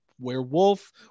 werewolf